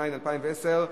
התשע"א 2010,